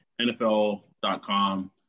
NFL.com